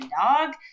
dog